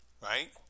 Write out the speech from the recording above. right